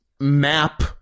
Map